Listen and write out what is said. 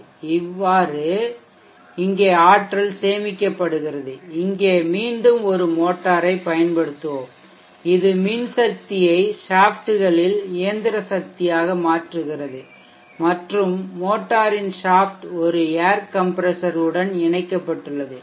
இங்கேஇவ்வாறு ஆற்றல் சேமிக்கப்படுகிறது இங்கே மீண்டும் ஒரு மோட்டாரைப் பயன்படுத்துவோம் இது மின் சக்தியை ஷாஃப்ட்களில் இயந்திர சக்தியாக மாற்றுகிறது மற்றும் மோட்டரின் ஷாஃப்ட் ஒரு ஏர் கம்ப்ரஷர் உடன் இணைக்கப்பட்டுள்ளது